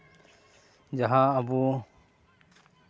ᱡᱟᱦᱟᱸ ᱟᱵᱚ